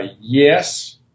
yes